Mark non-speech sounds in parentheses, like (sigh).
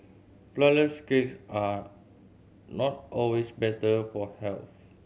flourless (unintelligible) are not always better for health